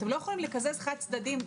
אתם לא יכולים לקזז חד צדדית.